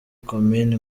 komini